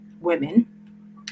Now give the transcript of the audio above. women